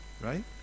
right